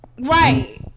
Right